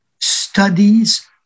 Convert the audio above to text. studies